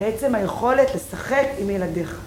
בעצם היכולת לשחק עם ילדיך.